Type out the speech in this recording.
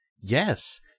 Yes